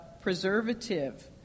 preservative